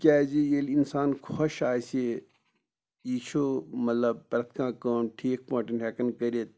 تِکیازِ ییٚلہِ اِنسان خۄش آسہِ یہِ چھُ مطلب پرٮ۪تھ کانٛہہ کٲم ٹھیٖک پٲٹھ ہٮ۪کَان کٔرِتھ